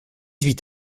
huit